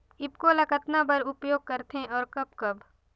ईफको ल कतना बर उपयोग करथे और कब कब?